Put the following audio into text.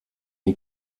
die